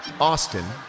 Austin